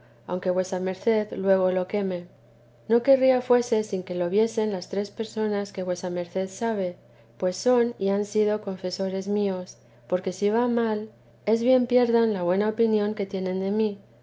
aunque vuesa merced luego lo queme no querría fuese sin que lo viesen las tres personas que vuesa merced sabe pues teresa de son y han sido confesores míos porque si va mal es bien pierdan la buena opinión que tienen de mí